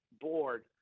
board